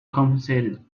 compensated